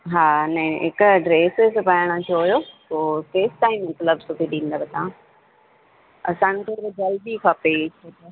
हा न हिकु ड्रेस सिबाइण जो हुओ पोइ उते पाइनि मतिलबु सिबे ॾींदा त असांखे थोरो जल्दी खपे